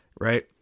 Right